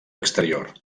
exterior